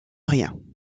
rien